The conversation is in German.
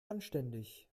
anständig